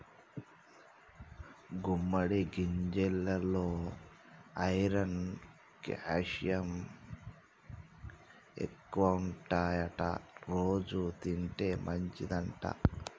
గుమ్మడి గింజెలల్లో iron calcium ఎక్కువుంటాయట రోజు తింటే మంచిదంట